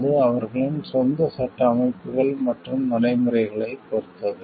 அது அவர்களின் சொந்த சட்ட அமைப்புகள் மற்றும் நடைமுறைகளைப் பொறுத்தது